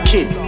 Kid